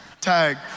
Tag